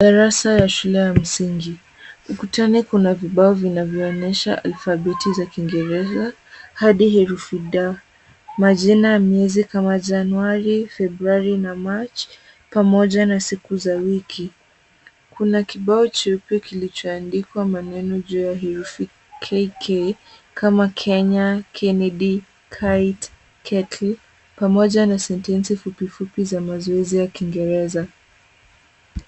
Darasa ya shule ya msingi, ukutani kuna vibao vinavyoonyesha alfabeti za kiingereza hadi herufi D. Majina ya miezi kama Januari, februari na machi pamoja na siku za wiki. Kuna kibao cheupe kilichoandikwa maneno juu ya herufi Kk, kama Kenya, Kennedy, Kite, Kettle, pamoja na sentensi fupifupi za mazoezi ya kiingereza.